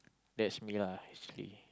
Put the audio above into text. that's me lah actually